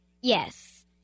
Yes